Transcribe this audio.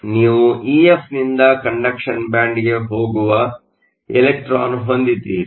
ಆದ್ದರಿಂದ ನೀವು ಇಎಫ್ ನಿಂದ ಕಂಡಕ್ಷನ್ ಬ್ಯಾಂಡ್ ಗೆ ಹೋಗುವ ಇಲೆಕ್ಟ್ರಾನ್ ಹೊಂದಿದ್ದೀರಿ